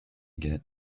get